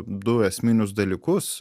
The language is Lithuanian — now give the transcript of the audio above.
du esminius dalykus